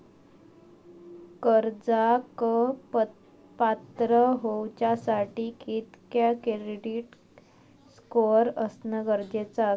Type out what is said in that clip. कर्जाक पात्र होवच्यासाठी कितक्या क्रेडिट स्कोअर असणा गरजेचा आसा?